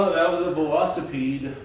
was a velocipede.